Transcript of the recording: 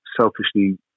selfishly